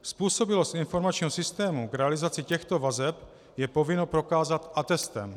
Způsobilost informačního systému k realizaci těchto vazeb je povinno prokázat atestem.